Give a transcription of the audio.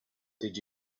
did